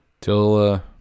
till